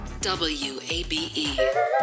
WABE